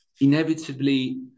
inevitably